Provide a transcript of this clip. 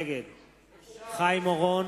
נגד חיים אורון,